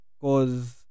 Cause